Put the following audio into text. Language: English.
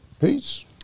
Peace